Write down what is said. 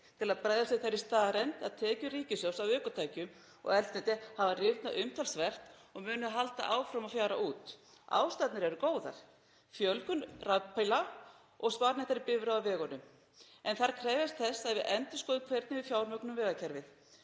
til að bregðast við þeirri staðreynd að tekjur ríkissjóðs af ökutækjum og eldsneyti hafa rýrnað umtalsvert og munu halda áfram að fjara út. Ástæðurnar eru góðar; fjölgun rafbíla og sparneytnari bifreiða á vegunum, en þær krefjast þess að við endurskoðum hvernig við fjármögnum vegakerfið.